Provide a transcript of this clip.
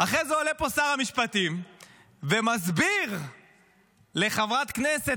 אחרי זה עולה פה שר המשפטים ומסביר לחברת כנסת